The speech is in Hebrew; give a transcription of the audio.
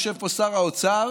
יושב פה שר האוצר,